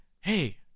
hey